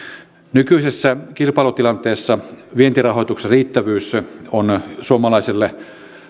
nykyisessä kilpailutilanteessa vientirahoituksen riittävyys on suomalaiselle